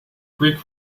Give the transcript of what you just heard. greek